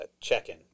check-in